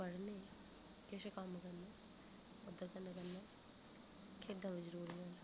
पढ़ने किश कम्म करने ओह्दे कन्ने कन्नै खेढां बी जरूरियां न